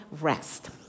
rest